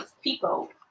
people